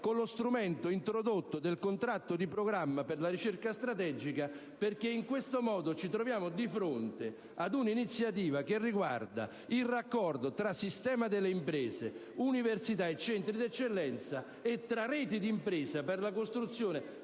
con lo strumento del contratto di programma per la ricerca strategica. In questo modo, infatti, ci troviamo di fronte ad un'iniziativa che riguarda il raccordo tra sistema delle imprese, università e centri di eccellenza e tra reti di imprese per la costruzione